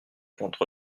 contre